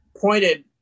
pointed